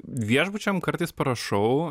viešbučiam kartais parašau